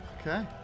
Okay